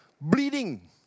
Bleeding